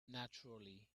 naturally